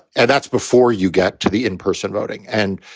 and that's before you got to the in-person voting and,